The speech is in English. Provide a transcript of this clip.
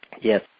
Yes